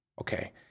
okay